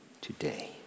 today